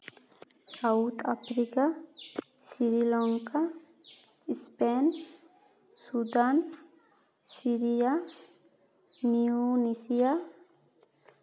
South Africa Sri Lanka Spain Sudan Syria ᱱᱤᱭᱩᱤᱮᱥᱤᱭᱟ